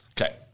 Okay